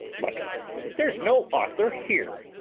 but there's no author here.